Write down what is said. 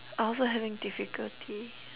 I also having difficulty